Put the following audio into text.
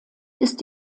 ist